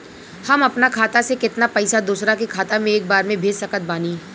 हम अपना खाता से केतना पैसा दोसरा के खाता मे एक बार मे भेज सकत बानी?